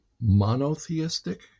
monotheistic